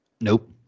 Nope